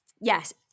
Yes